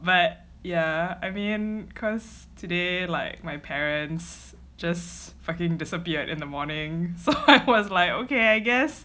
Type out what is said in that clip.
but yeah I mean cause today like my parents just fucking disappeared in the morning so I was like okay I guess